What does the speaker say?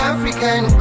African